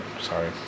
Sorry